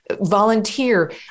volunteer